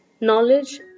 Knowledge